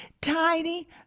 tiny